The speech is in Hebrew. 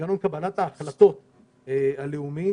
במנגנון קבלת ההחלטות הלאומי.